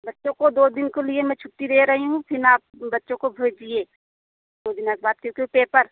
बच्चों को दो दिन को लिए मैं छुट्टी दे रही हूँ फिर आप बच्चों को भेजिए दो दिनों के बाद क्योंकि ओ पेपर